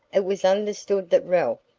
it was understood that ralph,